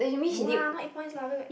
no lah not eight points lah where got